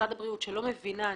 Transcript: משרד הבריאות שלא מבינה.